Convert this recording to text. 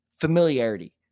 familiarity